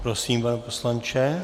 Prosím, pane poslanče.